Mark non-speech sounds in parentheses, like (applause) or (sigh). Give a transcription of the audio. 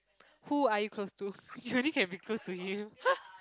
who are you close to (noise) you only can be close to him (laughs)